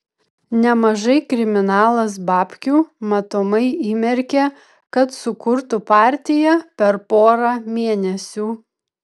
nemažai kriminalas babkių matomai įmerkė kad sukurtų partiją per porą mėnesių